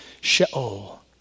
Sheol